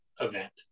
event